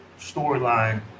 storyline